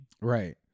Right